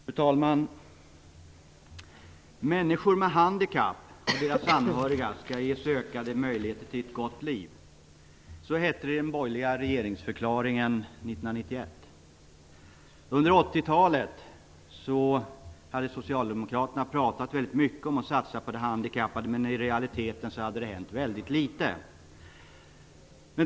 Fru talman! Människor med handikapp och deras anhöriga skall ges ökade möjligheter till ett gott liv. Så hette det i den borgerliga regeringsförklaringen 1991. Under 80-talet pratade Socialdemokraterna väldigt mycket om att satsa på de handikappade. Men i realiteten hände det väldigt litet.